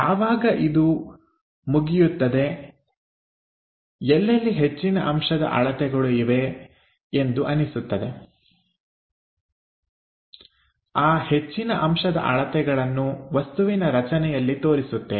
ಯಾವಾಗ ಇದು ಮುಗಿಯುತ್ತದೆ ಎಲ್ಲೆಲ್ಲಿ ಹೆಚ್ಚಿನ ಅಂಶದ ಅಳತೆಗಳು ಇವೆ ಎಂದು ಅನಿಸುತ್ತದೆ ಆ ಹೆಚ್ಚಿನ ಅಂಶದ ಅಳತೆಗಳನ್ನು ವಸ್ತುವಿನ ರಚನೆಯಲ್ಲಿ ತೋರಿಸುತ್ತೇವೆ